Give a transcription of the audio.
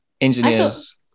Engineers